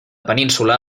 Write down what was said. península